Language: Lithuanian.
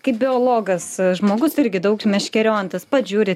kaip biologas žmogus irgi daug meškeriojantis pats žiūrit